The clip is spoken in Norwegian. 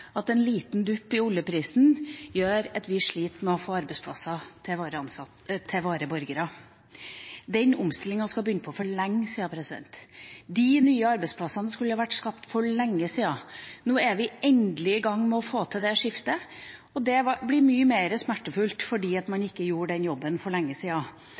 at en liten dupp i oljeprisen gjør at vi sliter med å få arbeidsplasser til våre borgere. Den omstillinga skulle en ha begynt på for lenge siden. De nye arbeidsplassene skulle ha vært skapt for lenge siden. Nå er vi endelig i gang med å få til det skiftet, og det blir mye mer smertefullt fordi man ikke gjorde den jobben for lenge